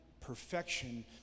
perfection